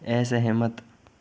असहमत